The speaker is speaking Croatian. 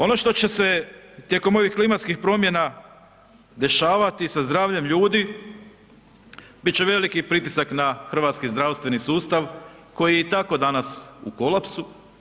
Ono što će se tijekom ovih klimatskih promjena dešavati sa zdravljem ljudi bit će veliki pritisak na hrvatski zdravstveni sustav koji je i tako danas u kolapsu.